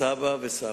ספורט ובידור.